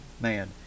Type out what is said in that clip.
Man